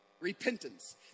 Repentance